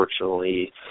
unfortunately